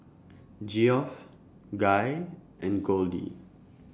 Geoff Guy and Goldie